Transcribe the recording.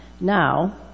Now